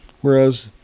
Whereas